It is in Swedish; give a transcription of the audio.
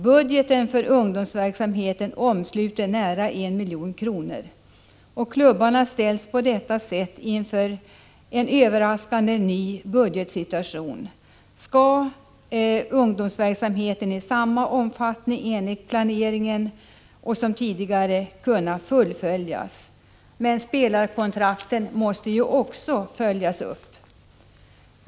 Budgeten för ungdomsverksamheten omsluter nära 1 milj.kr. Klubbarna ställs på detta sätt inför en överraskande, ny budgetsituation. Skall ungdomsverksamheten kunna fullföljas enligt planerna och i samma omfattning som tidigare? Spelarkontrakten måste ju följas.